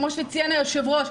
כמו שציין היושב-ראש,